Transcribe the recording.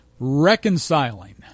Reconciling